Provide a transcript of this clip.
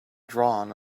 drawn